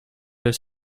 vais